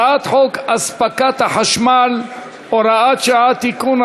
הצעת חוק הספקת החשמל (הוראת שעה) (תיקון,